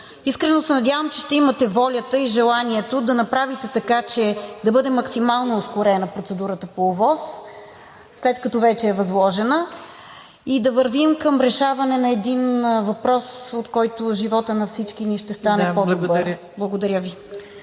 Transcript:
Искрено се надявам, че ще имате волята и желанието да направите така, че да бъде максимално ускорена процедурата по ОВОС, след като вече е възложена, и да вървим към решаване на един въпрос, от който животът на всички ни ще стане по-добър. Благодаря Ви.